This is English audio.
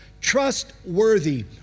Trustworthy